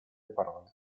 parole